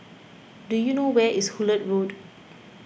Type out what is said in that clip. do you know where is Hullet Road